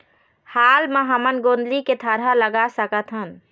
हाल मा हमन गोंदली के थरहा लगा सकतहन?